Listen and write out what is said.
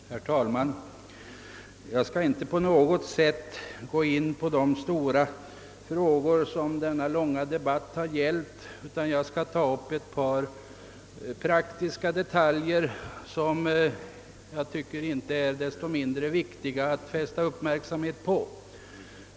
Herr talman! Jag skall inte på något sätt gå in på de stora frågor som denna långa debatt har gällt utan bara ta upp ett par praktiska detaljer, som inte desto mindre är värda att fästa uppmärksamheten på.